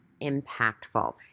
impactful